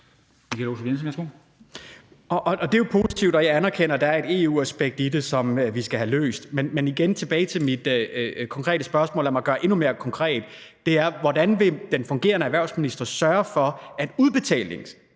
Det er jo positivt, og jeg anerkender, at der er et EU-aspekt i det, som vi skal have løst. Men tilbage til mit konkrete spørgsmål, og lad mig gøre det endnu mere konkret: Hvordan vil den fungerende erhvervsminister sørge for, at selve